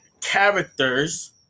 characters